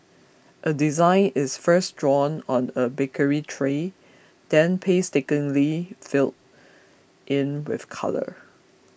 a design is first drawn on a baking tray then painstakingly filled in with colour